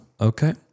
Okay